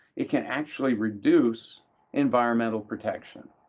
it can actually reduce environmental protection.